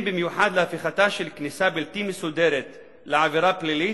במיוחד להפיכתה של כניסה בלתי מסודרת לעבירה פלילית,